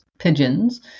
pigeons